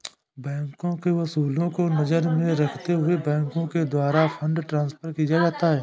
बैंकों के उसूलों को नजर में रखते हुए बैंकों के द्वारा फंड ट्रांस्फर किया जाता है